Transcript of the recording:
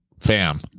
fam